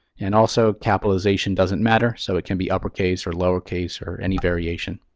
and also capitalization doesn't matter, so it can be uppercase, or lowercase, or any variation.